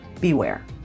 beware